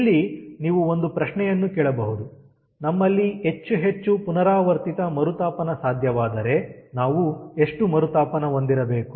ಇಲ್ಲಿ ನೀವು ಒಂದು ಪ್ರಶ್ನೆಯನ್ನು ಕೇಳಬಹುದು ನಮ್ಮಲ್ಲಿ ಹೆಚ್ಚು ಹೆಚ್ಚು ಪುನರಾವರ್ತಿತ ಮರುತಾಪನ ಸಾಧ್ಯವಾದರೆ ನಾವು ಎಷ್ಟು ಮರುತಾಪನ ಹೊಂದಿರಬೇಕು